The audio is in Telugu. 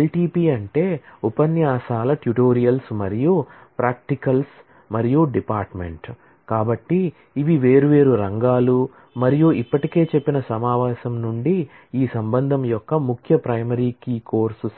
L T P అంటే ఉపన్యాసాల ట్యుటోరియల్స్ మరియు కోర్సు